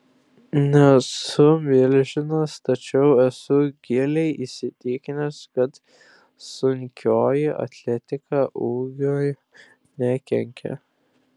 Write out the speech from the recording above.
nesu milžinas tačiau esu giliai įsitikinęs kad sunkioji atletika ūgiui nekenkia